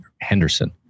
Henderson